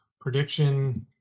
prediction